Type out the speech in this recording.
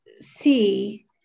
see